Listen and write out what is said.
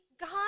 God